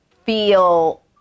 feel